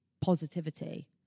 positivity